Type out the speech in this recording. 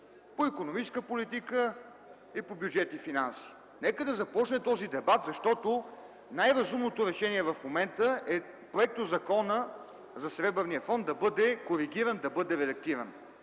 по икономическата политика и по бюджет и финанси. Нека да започне този дебат, защото най-разумното решение в момента е Проектозаконът за Сребърния фонд да бъде коригиран, да бъде редактиран.